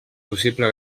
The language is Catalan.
possible